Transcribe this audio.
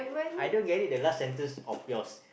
I don't get it the last sentence of yours